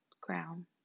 ground